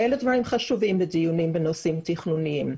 אלה דברים חשובים לדיונים בנושאים תכנוניים.